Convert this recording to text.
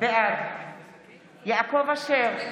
בעד יעקב אשר,